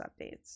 updates